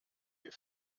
wir